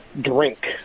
drink